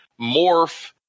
morph